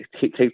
take